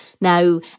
now